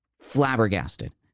Flabbergasted